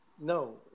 No